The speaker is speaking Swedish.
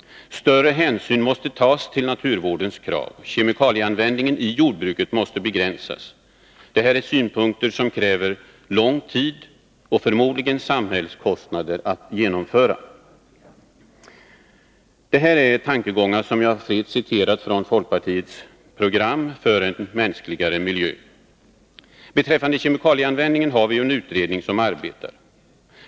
Större hänsyn måste tas till naturvårdens krav. Kemikalieanvändningen i jordbruket måste begränsas. Detta är åtgärder som det krävs lång tid för att genomföra och förmodligen också samhällskostnader. Det här är tankegångar som jag fritt har citerat från folkpartiets program för en mänskligare miljö. Beträffande kemikalieanvändningen har vi ju en utredning som arbetar.